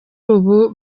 ubu